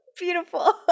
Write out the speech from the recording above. Beautiful